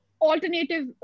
alternative